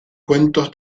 cuentos